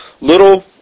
little